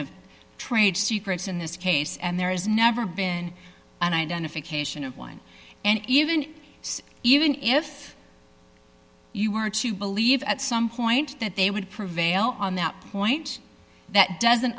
of trade secrets in this case and there is never been an identification of one and even even if you were to believe at some point that they would prevail on that point that doesn't